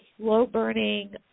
slow-burning